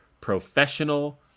professional